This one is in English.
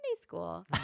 school